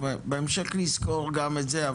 בהמשך נסקור גם את זה,